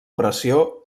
pressió